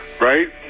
Right